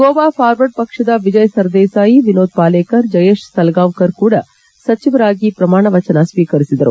Goa forward ಪಕ್ಷದ ವಿಜಯ್ ಸರ್ದೇಸಾಯಿ ವಿನೋದ್ ಪಾಲೇಕರ್ ಜಯೇಶ್ ಸಲಗಾಂವ್ಕರ್ ಕೂಡ ಸಚಿವರಾಗಿ ಪ್ರಮಾಣ ಸ್ವೀಕರಿಸಿದರು